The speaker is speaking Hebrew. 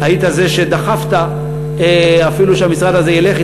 היית זה שדחף אפילו שהמשרד הזה ילך,